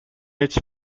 its